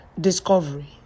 discovery